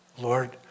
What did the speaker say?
Lord